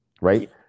right